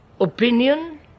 Opinion